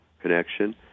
connection